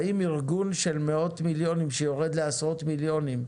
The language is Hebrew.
האם ארגון של מאות מיליונים שיורד לעשרות מיליונים,